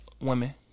women